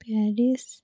Paris